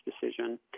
decision